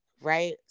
right